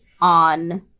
on